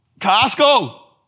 Costco